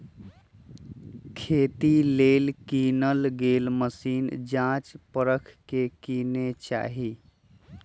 खेती लेल किनल गेल मशीन जाच परख के किने चाहि